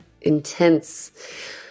intense